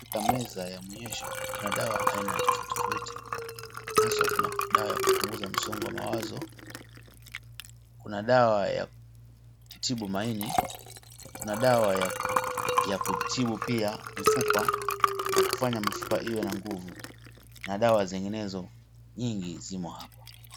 Katika meza ya maonyesho kuna dawa aina ya tofauti tofauti haswa kuna dawa ya kupunguza msongo wa mawazo, kuna dawa ya kutibu maini, kuna dawa ya kutibu pia mifupa ya kufanya mifupa iwe na nguvu na dawa zinginezo nyingi zimo hapa.